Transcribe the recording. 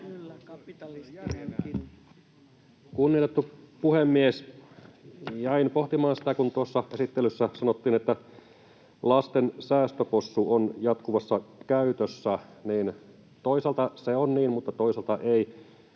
Kunnioitettu puhemies! Jäin pohtimaan sitä, kun tuossa esittelyssä sanottiin, että lasten säästöpossu on jatkuvassa käytössä. Toisaalta se on niin, mutta toisaalta ei: